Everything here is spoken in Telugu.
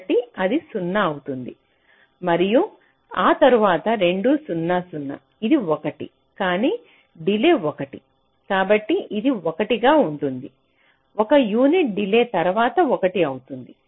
కాబట్టి అది 0 అవుతుంది మరియు ఆతరువాత రెండూ 0 0 ఇది 1 కానీ డిలే 1 కాబట్టి ఇది 1 గా ఉంటుంది ఒక యూనిట్ డిలే తర్వాత 1 అవుతుంది